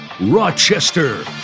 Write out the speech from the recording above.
Rochester